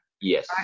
Yes